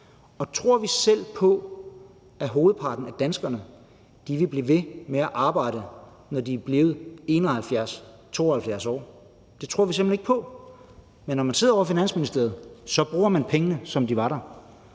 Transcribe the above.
år. Tror vi selv på, at hovedparten af danskerne vil blive ved med at arbejde, når de er blevet 71 år eller 72 år? Det tror vi simpelt hen ikke på. Men når man sidder ovre i Finansministeriet, bruger man pengene, som om de var der.